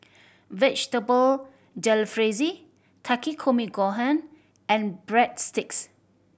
Vegetable Jalfrezi Takikomi Gohan and Breadsticks